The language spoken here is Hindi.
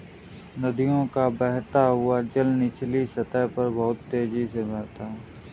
नदियों का बहता हुआ जल निचली सतह पर बहुत तेजी से बहता है